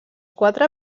quatre